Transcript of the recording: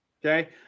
Okay